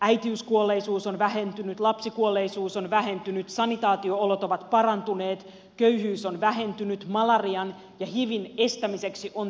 äitiyskuolleisuus on vähentynyt lapsikuolleisuus on vähentynyt sanitaatio olot ovat parantuneet köyhyys on vähentynyt malarian ja hivin estämiseksi on tehty töitä